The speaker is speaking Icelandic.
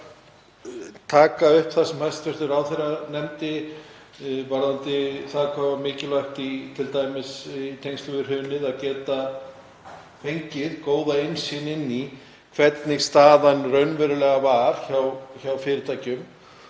að taka upp það sem hæstv. ráðherra nefndi varðandi það hve mikilvægt það var í tengslum við hrunið að geta fengið góða innsýn í hvernig staðan raunverulega var hjá fyrirtækjum.